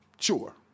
Sure